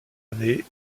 année